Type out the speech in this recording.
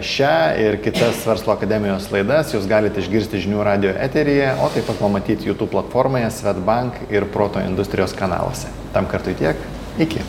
šią ir kitas verslo akademijos laidas jūs galite išgirsti žinių radijo eteryje o tai pamatyt jutūb platformoje svedbank ir proto industrijos kanaluose tam kartui tiek iki